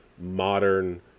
modern